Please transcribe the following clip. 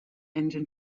engine